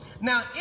Now